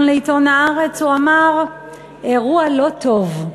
לעיתון ה"ארץ" הוא אמר: "אירוע לא טוב".